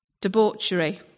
debauchery